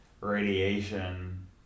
radiation